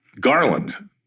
Garland